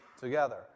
together